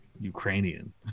Ukrainian